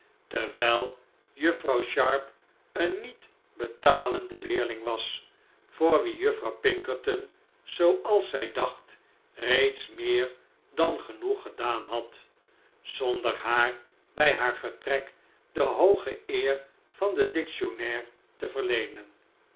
terwijl juffrouw sharp cen niet betalende leerlinge was voor wic juffrouw pinkcrton zooals zij dacht reeds mcer dan genoeg gcdaan had zondcr haar bij haar vcrtrek dc hooge cer van den dictionnaire te verleenen